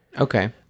Okay